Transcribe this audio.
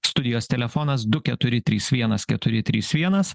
studijos telefonas du keturi trys vienas keturi trys vienas